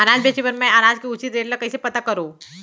अनाज बेचे बर मैं अनाज के उचित रेट ल कइसे पता करो?